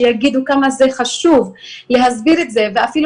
שיגידו כמה זה חשוב להסביר את זה ואפילו